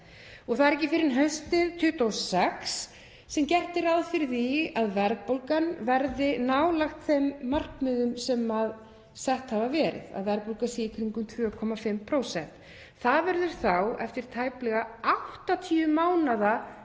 og það er ekki fyrr en haustið 2026 sem gert er ráð fyrir því að verðbólgan verði nálægt þeim markmiðum sem sett hafa verið, að verðbólga sé í kringum 2,5%. Það verður þá eftir tæplega 80 mánaða